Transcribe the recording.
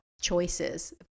choices